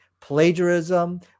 plagiarism